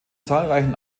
zahlreichen